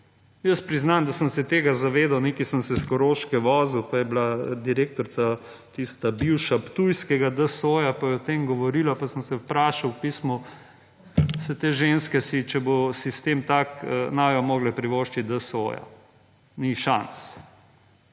Jaz priznam, da sem se tega zavdal, nekaj sem se s koroške vozil, pa je bila direktorica tista bivša, ptujskega DSO, pa je o tem govorila, pa sem se vprašal, pismo, saj te ženske si, če bo sistem tak, ne bodo mogle privoščiti DSO. Ni šans.